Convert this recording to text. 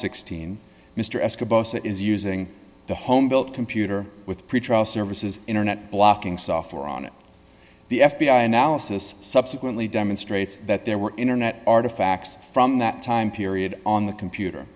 that is using the homebuilt computer with pretrial services internet blocking software on it the f b i analysis subsequently demonstrates that there were internet artifacts from that time period on the computer